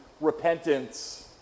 repentance